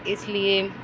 اِس لئے